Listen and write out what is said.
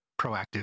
proactive